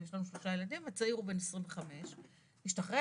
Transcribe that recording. יש לנו שלושה ילדים והצעיר הוא בן 25. השתחרר,